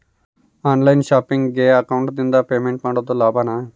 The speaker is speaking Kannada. ಆನ್ ಲೈನ್ ಶಾಪಿಂಗಿಗೆ ಅಕೌಂಟಿಂದ ಪೇಮೆಂಟ್ ಮಾಡೋದು ಲಾಭಾನ?